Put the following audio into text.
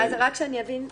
רק שאני אבין סופית.